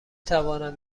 توانم